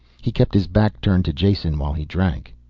he kept his back turned to jason while he drank.